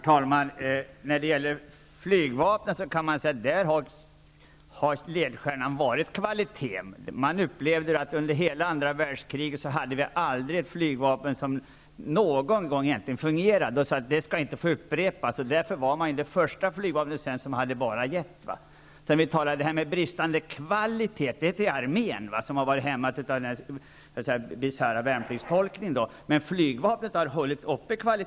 Herr talman! När det gäller flygvapnet har kvaliteten varit ledstjärnan. Under andra världskriget hade vi ett flygvapen som egentligen inte fungerade någon gång. Man sade att det inte skulle få upprepas. Därför var det svenska flygvapnet det första som hade enbart jet. När vi talar om bristande kvalitet handlar det om armén, som varit hämmad av den bisarra värnpliktstolkningen. Men flygvapnet har hållit kvaliteten uppe.